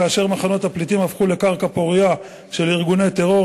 כאשר מחנות הפליטים הפכו לקרקע פורייה של ארגוני טרור,